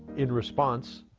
in response,